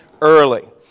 early